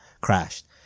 Crashed